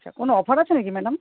আচ্ছা কোনো অফার আছে নাকি ম্যাডাম